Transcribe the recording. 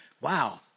wow